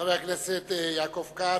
חבר הכנסת יעקב כץ,